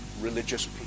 religious